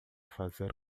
fazer